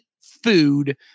food